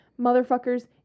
Motherfuckers